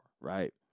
right